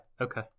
okay